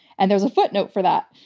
and there's a footnote for that.